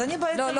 לא.